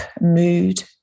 mood